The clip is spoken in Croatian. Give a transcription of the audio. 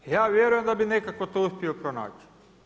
Ja vjerujem da bi nekako to uspio pronaći.